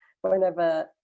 whenever